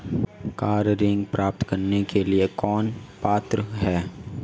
Car ऋण प्राप्त करने के लिए कौन पात्र है?